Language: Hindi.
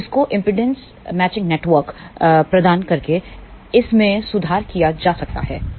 तो इसको इंपेडेंस मैचिंग नेटवर्क नेटवर्क प्रदान करके इसमें सुधार किया जा सकता है